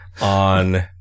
on